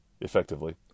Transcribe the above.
effectively